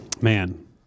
Man